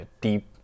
deep